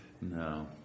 No